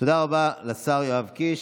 תודה רבה לשר יואב קיש.